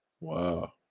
Wow